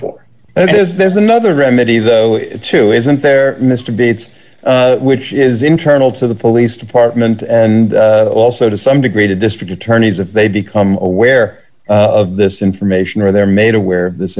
if there's another remedy though is to isn't there mr bates which is internal to the police department and also to some degree to district attorneys if they become aware of this information or they're made aware of this